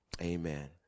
Amen